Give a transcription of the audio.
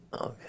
Okay